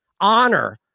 honor